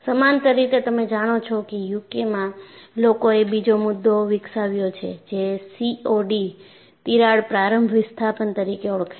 સમાંતર રીતે તમે જાણો છો કે યુકેમાં લોકોએ બીજો મુદ્દો વિકસાવ્યો છે જે સીઓડી તિરાડ પ્રારંભ વિસ્થાપન તરીકે ઓળખાય છે